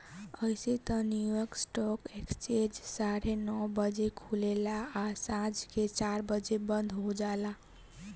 अइसे त New York stock exchange साढ़े नौ बजे खुलेला आ सांझ के चार बजे बंद हो जाला